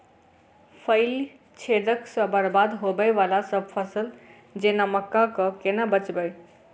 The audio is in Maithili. फली छेदक सँ बरबाद होबय वलासभ फसल जेना मक्का कऽ केना बचयब?